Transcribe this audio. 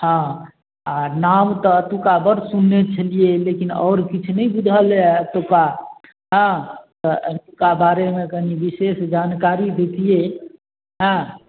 हँ आओर नाम तऽ एतौका बड्ड सुनने छलिए लेकिन आओर किछु नहि बुझल यऽ एतौका हँ तऽ एतौका बारेमे नि विशेष जानकारी देतिए हँ